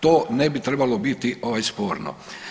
To ne bi trebalo biti sporno.